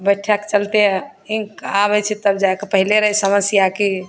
बैठैके चलते लिन्क आबै छै तब जाके पहिले रहै समस्या कि